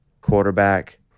quarterback